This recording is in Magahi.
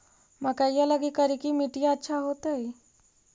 मकईया लगी करिकी मिट्टियां अच्छा होतई